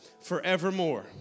forevermore